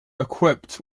equipped